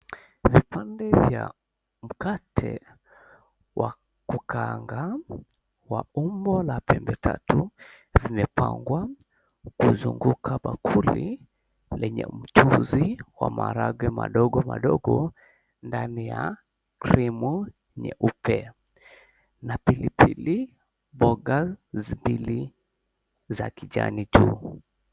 Vipande vya mkate wa kukaanga wa umbo la pembe tatu vipepangwa kuzunguka bakuli lenye mchuzi wa maharagwe madogo madogo ndani ya cream nyeupe, na pilipili mboga mbili za kijani chungu.